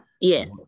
Yes